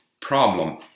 problem